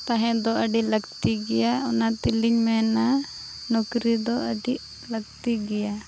ᱛᱟᱦᱮᱱᱫᱚ ᱟᱹᱰᱤ ᱞᱟᱹᱠᱛᱤ ᱜᱮᱭᱟ ᱚᱱᱟ ᱛᱮᱞᱤᱧ ᱢᱮᱱᱟ ᱱᱚᱠᱨᱤᱫᱚ ᱟᱹᱰᱤ ᱞᱟᱹᱠᱛᱤ ᱜᱮᱭᱟ